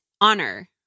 honor